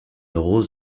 rose